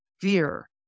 fear